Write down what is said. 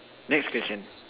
next question